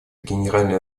генеральной